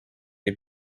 les